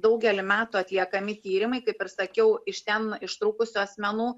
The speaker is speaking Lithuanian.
daugelį metų atliekami tyrimai kaip ir sakiau iš ten ištrūkusių asmenų